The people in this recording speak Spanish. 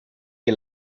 que